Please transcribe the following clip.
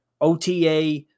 OTA